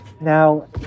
Now